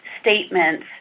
statements